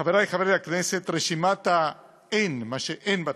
חברי חברי הכנסת, רשימת האין, מה שאין בתקציב,